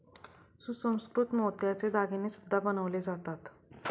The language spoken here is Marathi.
सुसंस्कृत मोत्याचे दागिने सुद्धा बनवले जातात